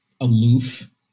aloof